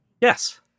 Yes